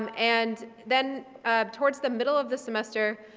um and then towards the middle of the semester,